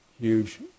huge